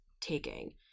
taking